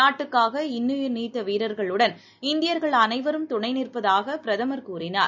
நாட்டுக்காக இன்னுயிர் நீத்தவீரர்களுடன் இந்தியர்கள் அனைவரும் துணைநிற்பதாகபிரதமர் கூறினார்